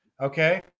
Okay